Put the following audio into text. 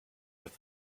with